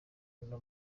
uno